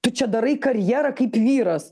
tu čia darai karjerą kaip vyras